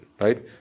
right